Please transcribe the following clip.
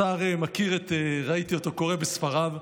השר מכיר, ראיתי אותו קורא בספריו.